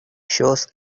shows